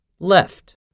Left